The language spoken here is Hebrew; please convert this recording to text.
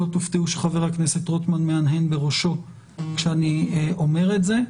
לא תופתעו שחבר הכנסת רוטמן מהנהן בראשו כשאני אומר את זה.